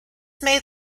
made